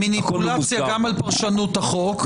מניפולציה גם על פרשנות החוק,